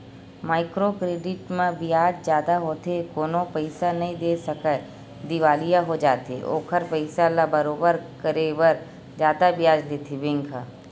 micro credit म बियाज जादा होथे कोनो पइसा नइ दे सकय दिवालिया हो जाथे ओखर पइसा ल बरोबर करे बर जादा बियाज लेथे बेंक ह